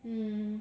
mm